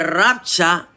rapture